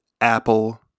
Apple